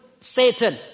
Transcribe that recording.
Satan